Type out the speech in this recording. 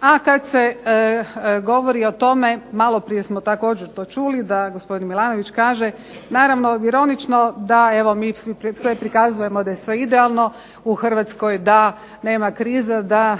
A kada se govori o tome malo prije smo o također to čuli da gospodin Milanović kaže, naravno ironično da evo sve prikazujemo da je sve idealno u Hrvatskoj da nema krize, da